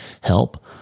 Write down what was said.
help